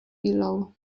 below